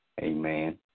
Amen